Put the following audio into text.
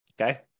okay